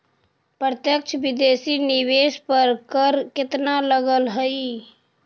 प्रत्यक्ष विदेशी निवेश पर कर केतना लगऽ हइ?